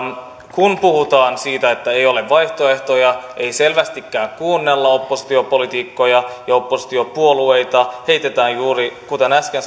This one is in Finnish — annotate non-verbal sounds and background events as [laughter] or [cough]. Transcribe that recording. kun puhutaan siitä että ei ole vaihtoehtoja ei selvästikään kuunnella oppositiopoliitikkoja ja oppositiopuolueita heitetään juuri kuten äsken [unintelligible]